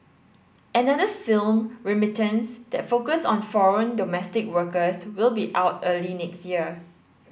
another film Remittance that focus on foreign domestic workers will be out early next year